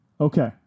Okay